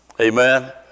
amen